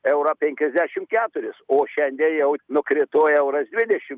eurą penkiasdešim keturis o šiandie jau nukrito euras dvidešim